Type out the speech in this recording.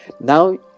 Now